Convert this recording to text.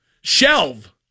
shelve